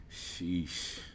Sheesh